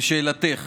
לשאלתך,